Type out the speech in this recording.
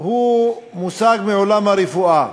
הוא מושג מעולם הרפואה.